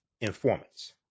informants